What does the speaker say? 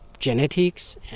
Genetics